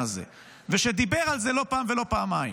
הזה ודיבר על זה לא פעם ולא פעמיים,